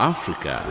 Africa